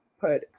put